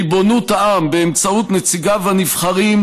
ריבונות העם באמצעות נציגיו הנבחרים,